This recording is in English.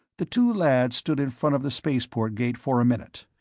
the two lads stood in front of the spaceport gate for a minute.